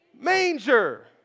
manger